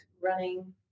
running